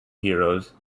heroes